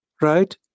right